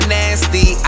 nasty